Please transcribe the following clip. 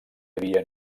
havia